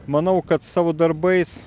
manau kad savo darbais